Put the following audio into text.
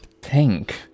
Pink